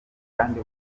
kandi